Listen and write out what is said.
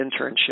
internship